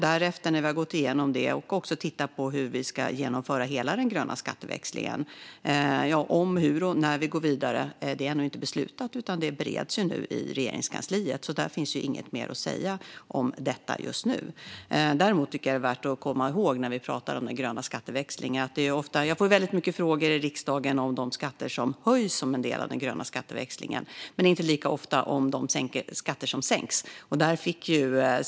När vi har gått igenom dem tittar vi också på hur vi ska genomföra hela den gröna skatteväxlingen. Om, hur och när vi går vidare är ännu inte beslutat utan bereds nu i Regeringskansliet, så det finns inget mer att säga om detta just nu. Däremot tycker jag att det är värt att komma ihåg en sak när vi pratar om den gröna skatteväxlingen. Jag får väldigt många frågor i riksdagen om de skatter som höjs som en del av den gröna skatteväxlingen men inte lika många om de skatter som sänks.